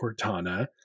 Cortana